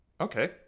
Okay